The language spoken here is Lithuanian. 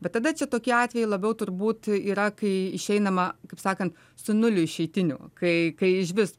bet tada čia tokie atvejai labiau turbūt yra kai išeinama kaip sakant su nuliu išeitinių kai kai išvis